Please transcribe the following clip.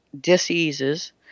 diseases